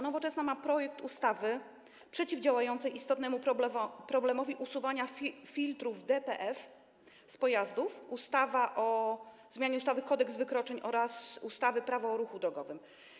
Nowoczesna ma projekt ustawy przeciwdziałający istotnemu problemowi usuwania filtrów DPF z pojazdów - ustawa o zmianie ustawy Kodeks wykroczeń oraz ustawy Prawo o ruchy drogowym.